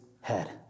head